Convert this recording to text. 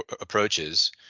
approaches